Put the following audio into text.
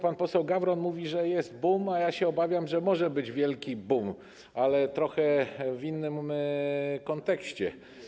Pan poseł Gawron mówi, że jest boom, a ja się obawiam, że może być wielkie bum, ale trochę w innym kontekście.